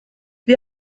wir